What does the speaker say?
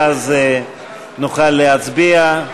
ואז נוכל להצביע.